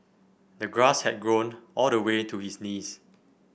the grass had grown all the way to his knees